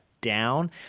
down